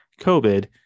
COVID